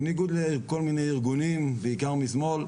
בניגוד לכל מיני ארגונים, בעיקר משמאל,